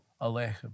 aleichem